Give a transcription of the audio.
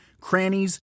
crannies